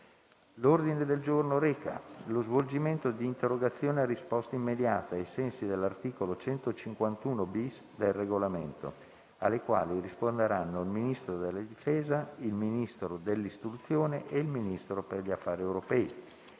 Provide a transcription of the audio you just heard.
L'ordine del giorno reca lo svolgimento di interrogazioni a risposta immediata (cosiddetto *question time*), ai sensi dell'articolo 151-*bis* del Regolamento, alle quali risponderanno il Ministro della difesa, il Ministro dell'istruzione e il Ministro per gli affari europei.